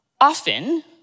Often